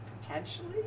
potentially